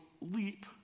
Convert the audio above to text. leap